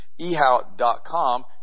eHow.com